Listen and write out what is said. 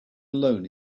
alone